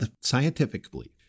scientifically